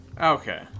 Okay